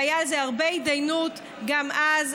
והייתה על זה הרבה התדיינות גם אז,